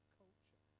culture